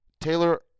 Taylor